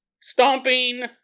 Stomping